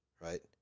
right